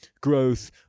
growth